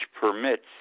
permits